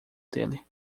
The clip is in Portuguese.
dele